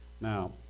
Now